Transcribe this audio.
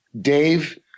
Dave